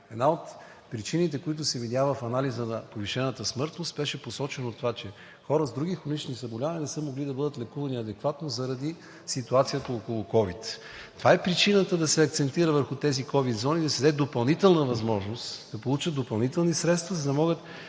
една от причините, които се видя в анализа на повишената смъртност, беше посочено това, че хора с други хронични заболявания не са могли да бъдат лекувани адекватно заради ситуацията около COVID-19. Това е причината да се акцентира върху тези ковид зони, да се даде допълнителна възможност да получат допълнителни средства, за да могат